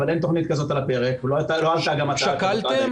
אבל אין תוכנית כזאת על הפרק ולא עלתה גם הצעה כזאת.